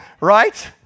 right